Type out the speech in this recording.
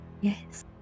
Yes